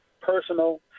personal